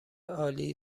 عالی